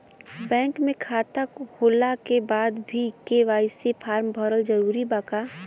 Bank में खाता होला के बाद भी के.वाइ.सी फार्म भरल जरूरी बा का?